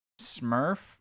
Smurf